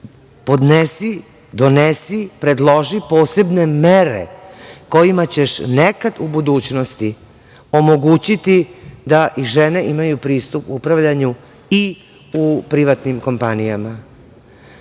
podnesi, donesi, predloži posebne mere kojima ćeš nekad u budućnosti omogućiti da i žene imaju pristup upravljanju i u privatnim kompanijama. Svaki